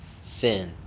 sin